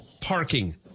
parking